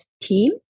team